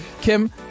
Kim